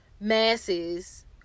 Masses